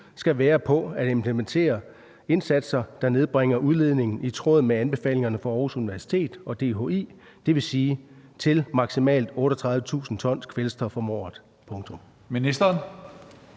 skal være på implementering af indsatser, der nedbringer udledningerne i tråd med anbefalingerne fra Aarhus Universitet og DHI, dvs. til maksimalt 38.000 tons kvælstof om året?